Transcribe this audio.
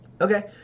okay